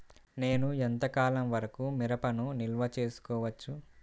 నేను ఎంత కాలం వరకు మిరపను నిల్వ చేసుకోవచ్చు?